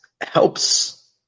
helps